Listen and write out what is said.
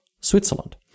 Switzerland